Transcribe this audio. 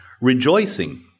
rejoicing